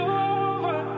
over